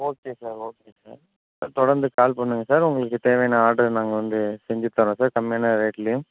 okay sir okay sir sir தொடர்ந்து call பண்ணுங்கள் sir உங்களுக்கு தேவையான ஆட்ரை நாங்கள் வந்து செஞ்சித் தரோம் சார் செம்மையான ரேட்லையும்